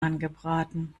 angebraten